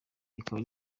rikaba